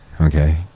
Okay